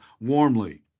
warmly